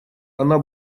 она